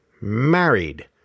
married